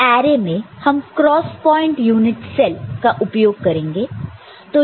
इस अरे में हम क्रॉस प्वाइंट यूनिट सेल का उपयोग करेंगे